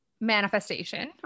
manifestation